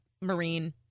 Marine